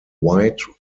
wide